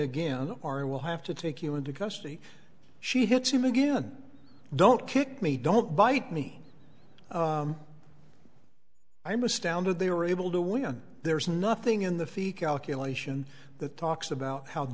again or i will have to take you into custody she hits him again don't kick me don't bite me i'm astounded they were able to win there's nothing in the fico accumulation that talks about how